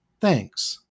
Thanks